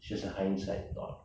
just a hindsight thought